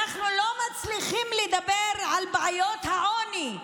אנחנו לא מצליחים לדבר על בעיות העוני,